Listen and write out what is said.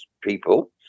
people